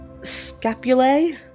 Scapulae